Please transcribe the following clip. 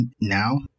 now